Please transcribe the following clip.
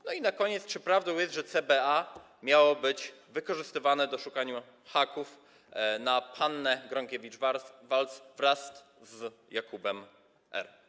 I na koniec: Czy prawdą jest, że CBA miało być wykorzystywane do szukania haków na Hannę Gronkiewicz-Waltz wraz z Jakubem R.